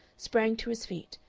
sprang to his feet,